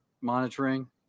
monitoring